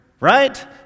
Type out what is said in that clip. Right